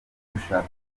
dushaka